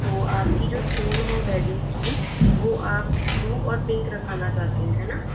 तो आपकी जो थीम है वेडिंग की वह आप ब्लू और पिंक रखवाना चाहते हैं है न